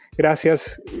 Gracias